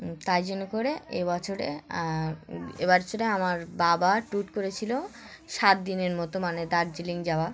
তাই জন্য করে এ বছরে এ বছরে আমার বাবা ট্যুর করেছিলো সাত দিনের মতো মানে দার্জিলিং যাওয়া